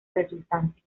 resultante